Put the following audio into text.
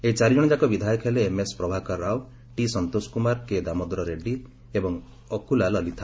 ଏହି ଚାରିଜ୍ଚଣଯାକ ବିଧାୟକ ହେଲେ ଏମ୍ଏସ୍ ପ୍ରଭାକର ରାଓ ଟି ସନ୍ତୋଷକୁମାର କେଦାମୋଦର ରେଡ୍ରୀ ଏବଂ ଅକୁଲା ଲଲିଥା